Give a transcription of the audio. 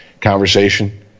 conversation